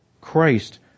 Christ